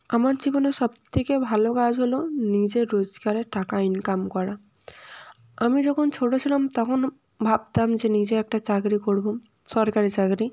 আমার জীবনে সবথেকে ভালো কাজ হলো নিজে রোজগারে টাকা ইনকাম করা আমি যখন ছোটো ছিলাম তখন ভাবতাম যে নিজে একটা চাকরি করবো সরকারি চাকরি